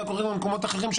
היה קורה במקומות אחרים,